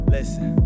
Listen